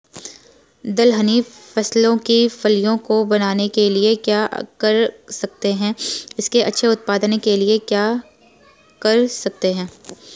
दलहनी फसलों की फलियों को बनने के लिए क्या कर सकते हैं इसके अच्छे उत्पादन के लिए क्या कर सकते हैं?